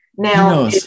Now